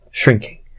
shrinking